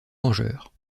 vengeurs